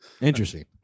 interesting